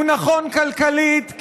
הוא נכון כלכלית,